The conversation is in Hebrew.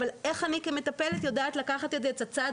אבל איך אני כמטפלת יודעת לקחת את זה צעד